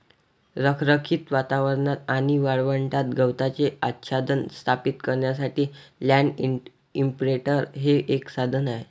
रखरखीत वातावरणात आणि वाळवंटात गवताचे आच्छादन स्थापित करण्यासाठी लँड इंप्रिंटर हे एक साधन आहे